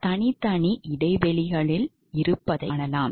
ஆனால் தனித்தனி இடைவெளிகளில் இருப்பதைக் காணலாம்